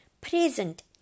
present